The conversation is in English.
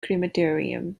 crematorium